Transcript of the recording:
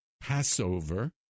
Passover